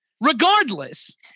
regardless